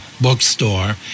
bookstore